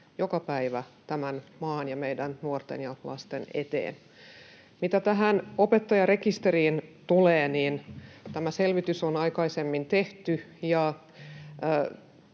joka päivä tämän maan ja meidän nuorten ja lasten eteen. Mitä tähän opettajarekisteriin tulee, niin tämä selvitys on aikaisemmin tehty,